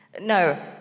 No